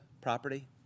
property